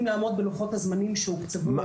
לעמוד בלוחות הזמנים שהוקצבו לנושא הזה.